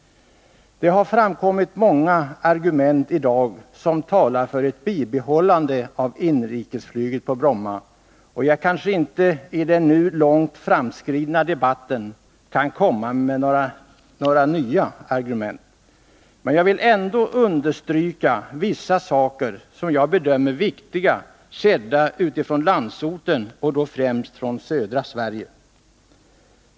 Det har framkommit många argument i dag som talar för ett bibehållande av inrikesflyget på Bromma, och jag kanske inte i den nu långt framskridna debatten kan komma med några nya argument. Men jag vill ändå understryka vissa saker som jag bedömer som viktiga sedda utifrån landsorten och då främst från södra Sverige.